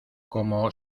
como